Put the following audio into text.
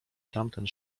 tamten